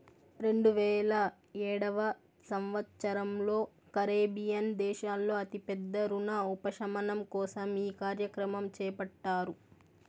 రెండువేల ఏడవ సంవచ్చరంలో కరేబియన్ దేశాల్లో అతి పెద్ద రుణ ఉపశమనం కోసం ఈ కార్యక్రమం చేపట్టారు